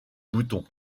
bouton